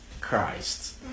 Christ